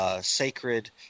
Sacred